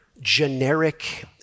generic